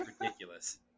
ridiculous